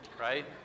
right